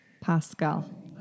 Pascal